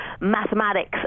mathematics